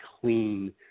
clean